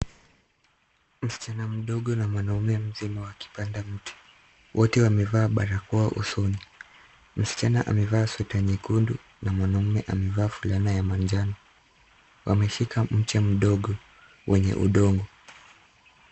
Msichana mdogo na mwamamume mzima wakipanda mti. Wote wamevaa barakoa usoni. Msichana amevaa sweta nyekundu na mwamamume amevaa fulana la manjano. Wameshika mche mdogo wenye udongo.